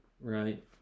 right